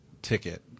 Ticket